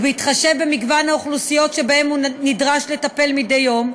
ובהתחשב במגוון האוכלוסיות שבהן הוא נדרש לטפל מדי יום,